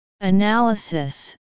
Analysis